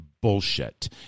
bullshit